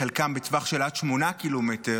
חלקם בטווח של עד שמונה קילומטר,